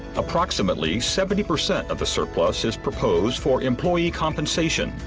approximately seventy percent of the surplus is proposed for employee compensation,